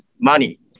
money